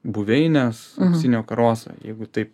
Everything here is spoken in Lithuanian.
buveines auksinio karoso jeigu taip